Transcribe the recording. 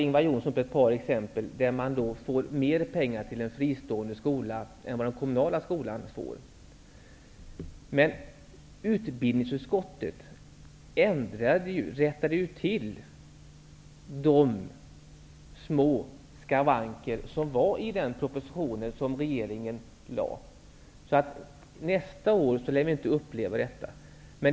Ingvar Johnsson tog upp ett par exempel på att en fristående skola får mer pengar än vad den kommunala skolan får. Men utbildningsutskottet rättade ju till de små skavanker som fanns i den proposition regeringen lämnade till riksdagen. Så nästa år lär vi inte uppleva det Ingvar Johnsson talar om.